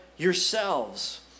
yourselves